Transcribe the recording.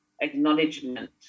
acknowledgement